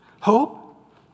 Hope